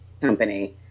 company